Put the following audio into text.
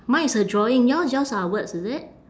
mine is a drawing yours yours are words is it